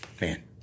man